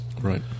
Right